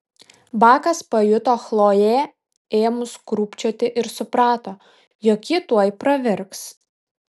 bakas pajuto chloję ėmus krūpčioti ir suprato jog ji tuoj pravirks